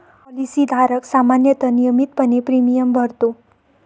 policy धारक सामान्यतः नियमितपणे प्रीमियम भरतो